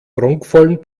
prunkvollen